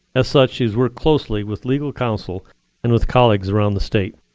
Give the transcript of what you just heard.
as such, she's worked closely with legal counsel and with colleagues around the state.